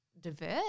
divert